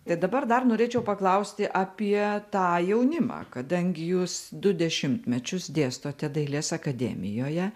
tai dabar dar norėčiau paklausti apie tą jaunimą kadangi jūs du dešimtmečius dėstote dailės akademijoje